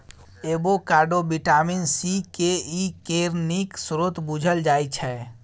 avocado vitamin C, K, E केर नीक स्रोत बुझल जाइ छै